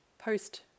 Post